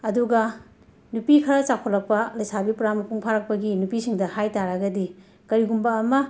ꯑꯗꯨꯒ ꯅꯨꯄꯤ ꯈꯔ ꯆꯥꯎꯈꯠꯂꯛꯄ ꯂꯩꯁꯥꯕꯤ ꯄꯨꯔꯥ ꯃꯄꯨꯡ ꯐꯥꯔꯛꯄꯒꯤ ꯅꯨꯄꯤꯁꯤꯡꯗ ꯍꯥꯏ ꯇꯥꯔꯒꯗꯤ ꯀꯔꯤꯒꯨꯝꯕ ꯑꯃ